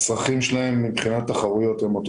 הצרכים שלהם מבחינת תחרויות זהים,